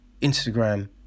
Instagram